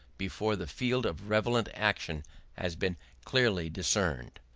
before the field of relevant action has been clearly discerned.